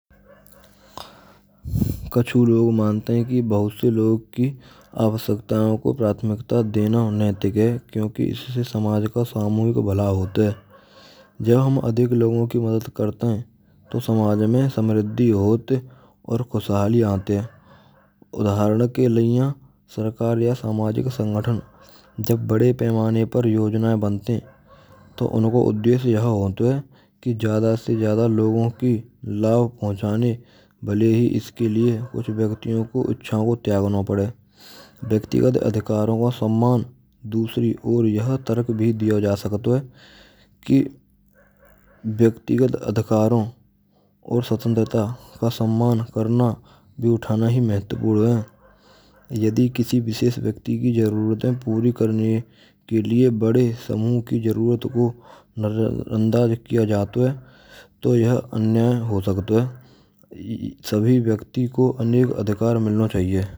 Kachhu log mante hain ki bahut se log ki avashyaktaon ko prathmikta dena aur naitik hai kyunki isase samaj ka samuhik bhala hote hain. Jab hum adhik logon ki madad karta hai to samaj mein samriddhi hot ha aur khushhali aate ha udharan ke liya sarkar ya samajik sangathan jab bade paimane per yojanaen bante to unko uddeshy yah hote hain ki jyada se jyada logon ki labh pahunchane bhale hi iske liye kuchh vyaktiyon ko ichchaon ko tyagana padhen. Vyaktigat adhikaro ka samman dusri or yah tark bhi diyo ja sakta ha ki vyaktigat adhikaron aur svatantrta ka samman karna bhi uthana hi mahatvpurn hai. Yadi kisi vishesh vyakti ki jaruraten puri karne ke liye bade samuh ki jaruraton ko najarandaj kiya jato hai to yah anyay ho sakto hai sabhi vyakti ko anek adhikar milno chaiye.